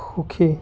সুখী